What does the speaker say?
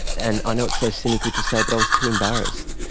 and i know it's so cynical to say but i was too embarrassed.